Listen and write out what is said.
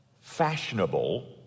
fashionable